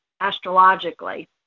astrologically